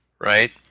right